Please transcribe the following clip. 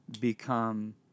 become